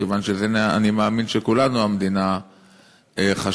כיוון שאני מאמין שלכולנו המדינה חשובה.